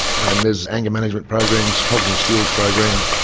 and there's anger management programs, cognitive skills program